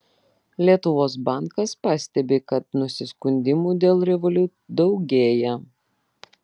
lietuvos bankas pastebi kad nusiskundimų dėl revolut daugėja